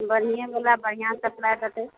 बढ़िये बला बढ़िऑं सप्लाइ देतै